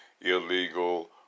illegal